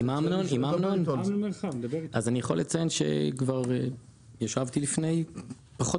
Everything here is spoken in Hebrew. אז אני יכול לציין שכבר ישבתי לפני פחות